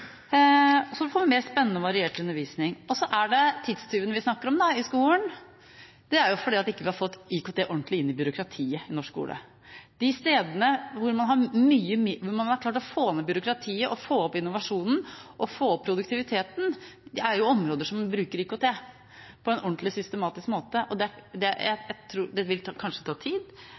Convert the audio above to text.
det tidstyvene vi snakker om i skolen. Tidstyver har vi jo fordi vi ikke har fått IKT ordentlig inn i byråkratiet i norsk skole. De stedene man har klart å få med byråkratiet, få opp innovasjonen og få opp produktiviteten, er områder som bruker IKT på en ordentlig og systematisk måte. Det vil kanskje ta tid,